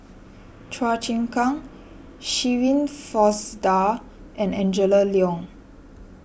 Chua Chim Kang Shirin Fozdar and Angela Liong